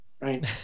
right